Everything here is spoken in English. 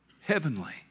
heavenly